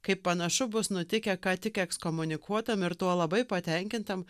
kaip panašu bus nutikę ką tik ekskomunikuotam ir tuo labai patenkintam